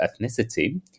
ethnicity